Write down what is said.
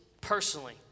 personally